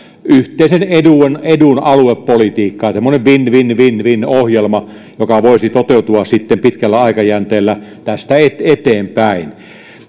yhteisen edun edun aluepolitiikkaa tämmöinen win win win win ohjelma joka voisi toteutua sitten pitkällä aikajänteellä tästä eteenpäin